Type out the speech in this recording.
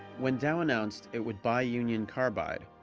when dow announced it would buy union carbide,